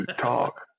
talk